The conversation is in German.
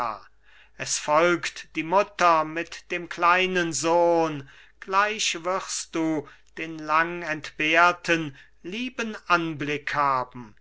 es folgt die mutter mit dem kleinen sohn gleich wirst du den langentbehrten lieben anblick haben